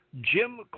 Jim